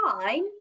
fine